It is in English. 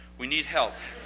we need help.